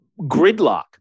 gridlock